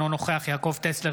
אינו נוכח יעקב טסלר,